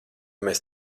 mēs